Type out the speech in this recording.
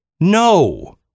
No